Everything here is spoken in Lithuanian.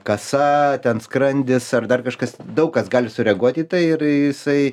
kasa ten skrandis ar dar kažkas daug kas gali sureaguot į tai ir jisai